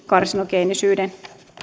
karsinogeenisyyden